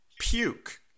Puke